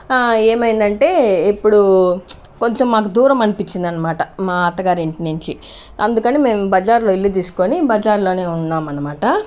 ఏమైందంటే ఇప్పుడు కొంచెం మాకు దూరం అనిపించింది అనమాట మా అత్తగారి ఇంటి నుంచి అందుకని మేము బజార్లో ఇల్లు తీసుకొని బజార్లోనే ఉన్నాం అనమాట